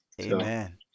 Amen